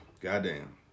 Goddamn